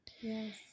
Yes